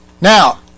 Now